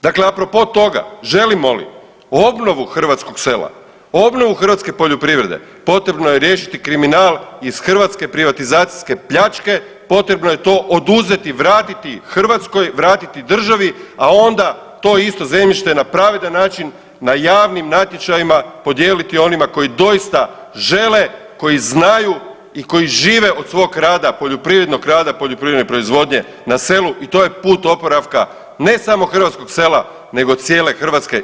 Dakle, a propos toga želimo li obnovu hrvatskog sela, obnovu hrvatske poljoprivrede potrebno je riješiti kriminal iz hrvatske privatizacijske pljačke, potrebno je to oduzeti, vratiti Hrvatskoj, vratiti državi a onda to isto zemljište na pravedan način, na javnim natječajima podijeliti onima koji doista žele, koji znaju i koji žive od svog rada poljoprivrednog rada, poljoprivredne proizvodnje na selu i to je put oporavka ne samo hrvatskog sela nego cijele Hrvatske.